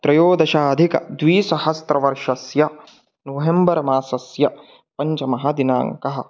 त्रयोदशाधिकद्विसहस्रतमवर्षस्य नोहेम्बर्मासस्य पञ्चमः दिनाङ्कः